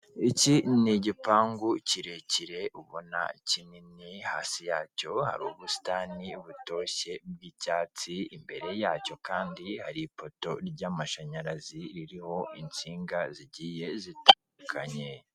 Iki ni igipangu kirekire ubona kinini hasi yacyo hari ubusitani butoshye bw'icyatsi, imbere yacyo kandi hari ipoto ry'amashanyarazi ririho insinga zigiye zitandukanye.